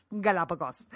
Galapagos